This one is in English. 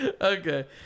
Okay